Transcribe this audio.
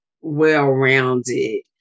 well-rounded